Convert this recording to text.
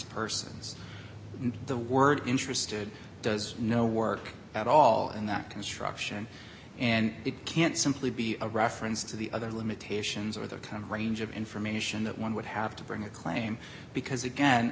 as persons and the word interested does no work at all in that construction and it can't simply be a reference to the other limitations or the kind of range of information that one would have to bring a claim because again